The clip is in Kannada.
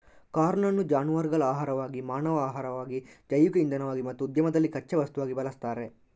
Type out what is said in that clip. ಕಾರ್ನ್ ಅನ್ನು ಜಾನುವಾರುಗಳ ಆಹಾರವಾಗಿ, ಮಾನವ ಆಹಾರವಾಗಿ, ಜೈವಿಕ ಇಂಧನವಾಗಿ ಮತ್ತು ಉದ್ಯಮದಲ್ಲಿ ಕಚ್ಚಾ ವಸ್ತುವಾಗಿ ಬಳಸ್ತಾರೆ